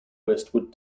westwood